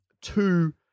two